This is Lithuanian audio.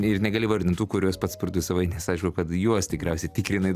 ir negali įvardint tų kuriuos pats prodiusavai nes aišku kad juos tikriausiai tikrinai